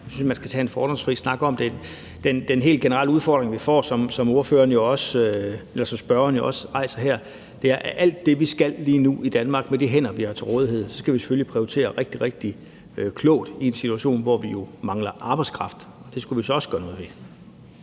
Det synes jeg man skal tage en fordomsfri snak om. Den helt generelle udfordring, vi får, som spørgeren jo også rejser her, er, at alt det, vi skal lige nu i Danmark med de hænder, vi har til rådighed, skal vi selvfølgelig prioritere rigtig, rigtig klogt i en situation, hvor vi mangler arbejdskraft. Det skulle vi så også gøre noget ved.